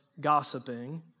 gossiping